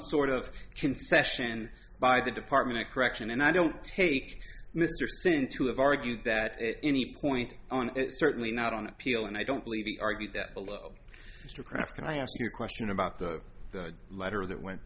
sort of concession by the department of correction and i don't take mr singh to have argued that any point on it certainly not on appeal and i don't believe the argue that below mr kraft can i ask you a question about the letter that went